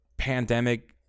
Pandemic